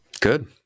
Good